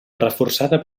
reforçada